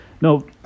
no